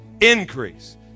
increase